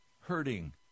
hurting